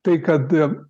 tai kad